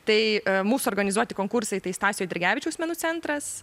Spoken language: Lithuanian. tai mūsų organizuoti konkursai tai stasio eidrigevičiaus menų centras